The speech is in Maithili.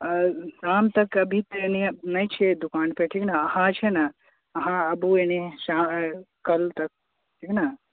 हम तऽ अभी तऽ नहि छियै दोकानपर ठीक ने अहाँ छै ने अहाँ आबू ऐने कल तक ठीक नऽ